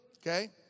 Okay